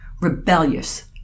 rebellious